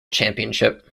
championship